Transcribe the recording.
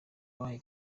bahaye